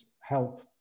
help